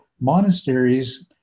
monasteries